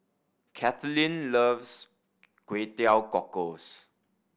Kathaleen loves Kway Teow Cockles